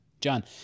John